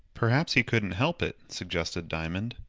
perhaps he couldn't help it, suggested diamond.